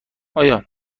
آیا